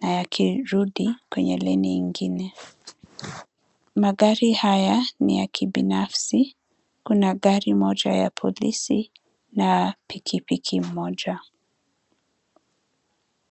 na yakirudi kwenye leni ingine. Magari haya ni ya kibinafsi, kuna gari moja ya polisi na pikipiki moja.